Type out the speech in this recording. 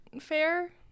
fair